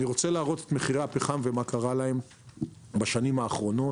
אני רוצה להראות מה קרה למחירי הפחם בשנה האחרונה.